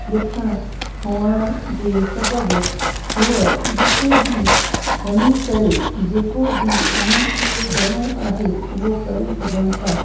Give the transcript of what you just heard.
लिखणु हुअण जे सबबि हुअ जिते बि वञी करे जेको बि उन्हनि खे करिणो आहे उहो करे सघनि था